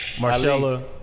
Marcella